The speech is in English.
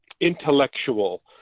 intellectual